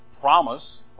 promise